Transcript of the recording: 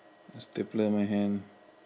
I stapler my hand